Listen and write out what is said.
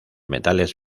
metales